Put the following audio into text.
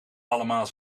allemaal